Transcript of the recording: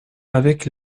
avec